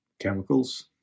Chemicals